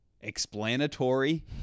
explanatory